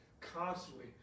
constantly